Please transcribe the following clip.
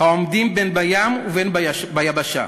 העומדים בין בים ובין ביבשה,